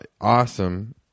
awesome